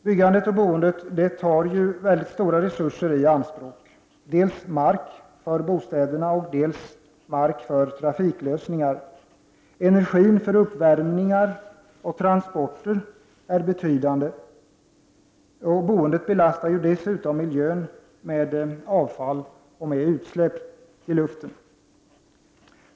Byggandet och boendet tar mycket stora resurser i anspråk, nämligen dels mark för bostäderna, dels mark för trafiklösningar. Energiåtgången för uppvärmning och transporter är betydande. Boendet belastar dessutom miljön med avfall och med utsläpp i luften.